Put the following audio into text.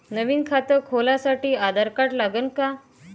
नवीन खात खोलासाठी आधार कार्ड लागन का?